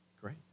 great